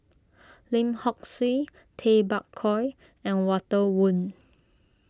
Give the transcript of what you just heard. Lim Hock Siew Tay Bak Koi and Walter Woon